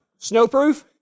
snowproof